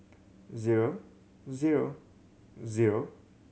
zero zero zero